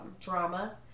drama